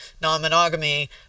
non-monogamy